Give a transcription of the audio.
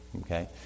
Okay